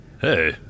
Hey